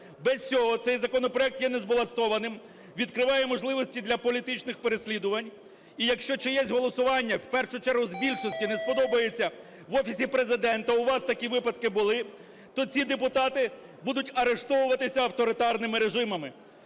Без цього цей законопроект є незбалансованим, відкриває можливості для політичних переслідувань. І якщо чиєсь голосування, в першу чергу з більшості, не сподобається в Офісі Президента, у вас такі випадки були, то ці депутати будуть арештовуватися авторитарними режимами.